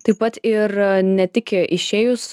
taip pat ir ne tik išėjus